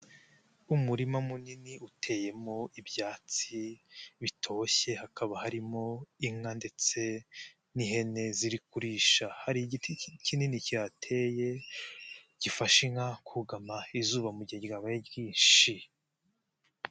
Umurima munini uteyemo ibyatsi bitoshye hakaba harimo inka ndetse n'ihene ziri kurisha hari igiti kinini kihateye gifasha inka kugama izuba mu gihe ryabaye ryinshi.